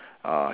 uh